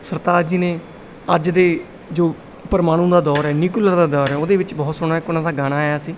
ਸਰਤਾਜ ਜੀ ਨੇ ਅੱਜ ਦੇ ਜੋ ਪਰਮਾਣੂ ਦਾ ਦੌਰ ਹੈ ਨਿਯੂਕਲੀਅਰ ਦਾ ਦੌਰ ਹੈ ਉਹਦੇ ਵਿੱਚ ਬਹੁਤ ਸੋਹਣਾ ਇੱਕ ਉਹਨਾਂ ਦਾ ਗਾਣਾ ਆਇਆ ਸੀ